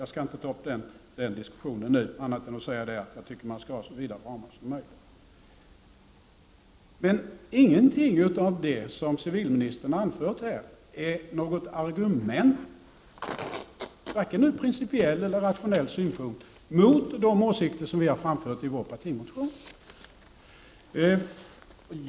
Jag skall inte ta upp den diskussionen nu, annat än genom att säga att jag tycker att man skall ha så vida ramar som möjligt. Ingenting av det som civilministern har anfört här är något argument, varken ur principiell eller rationell synpunkt, mot de åsikter vi har framfört i vår partimotion.